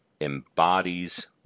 embodies